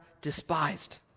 despised